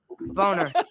Boner